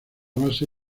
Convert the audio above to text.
base